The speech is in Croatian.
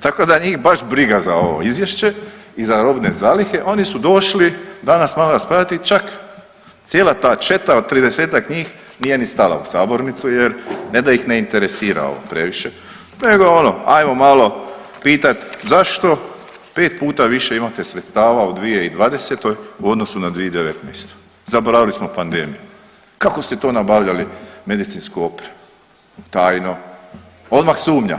Tako da njih baš briga za ovo izvješće i za robne zalihe oni su došli danas malo raspravljati, čak cijela ta četa od 30-ak njih nije ni stala u sabornicu jer ne da ih ne interesira ovo previše, nego ono ajmo malo pitat zašto 5 puta više imate sredstava u 2020. u odnosu na 2019., zaboravili smo pandemiju, kako ste to napravljali medicinsku opremu, tajno, odmah sumnja,